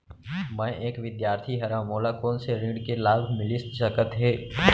मैं एक विद्यार्थी हरव, मोला कोन से ऋण के लाभ मिलिस सकत हे?